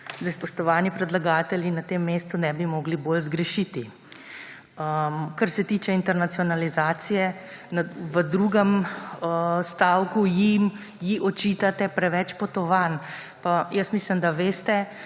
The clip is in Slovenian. Spoštovani predlagatelji na tem mestu ne bi mogli bolj zgrešiti. Kar se tiče internacionalizacije. V drugem stavku ji očitate preveč potovanj, pa mislim, da veste,